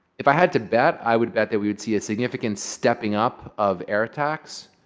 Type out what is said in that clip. if i had to bet, i would bet that we would see a significant stepping up of air attacks,